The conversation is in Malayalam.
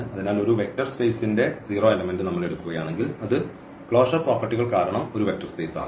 അതിനാൽ ഒരു വെക്റ്റർ സ്പേസിന്റെ 0 എലെമെന്റ് നമ്മൾ എടുക്കുകയാണെങ്കിൽ അത് ക്ലോഷർ പ്രോപ്പർട്ടികൾ കാരണം ഒരു വെക്റ്റർ സ്പേസ് ആകും